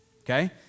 okay